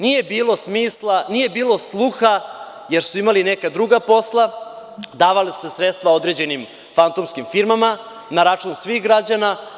Nije bilo smisla, nije bilo sluha, jer su imali neka druga posla, davala su se sredstva određenim fantomskim firmama na račun svih građana.